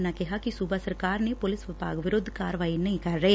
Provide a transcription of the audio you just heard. ਉਨੂਾ ਕਿਹਾ ਕਿ ਸੁਬਾ ਸਰਕਾਰ ਤੇ ਪੁਲਿਸ ਵਿਭਾਗ ਵਿਰੁੱਧ ਕਾਰਵਾਈ ਨਹੀਂ ਕਰ ਰਹੇ